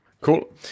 Cool